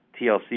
TLC